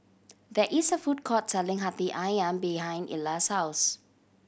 there is a food court selling Hati Ayam behind Illa's house